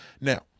now